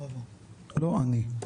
לא אני.